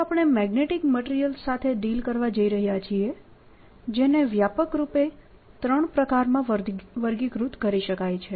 તો આપણે magnetic materials સાથે ડીલ કરવા જઈ રહ્યા છીએ જેને વ્યાપક રૂપે ત્રણ પ્રકારમાં વર્ગીકૃત કરી શકાય છે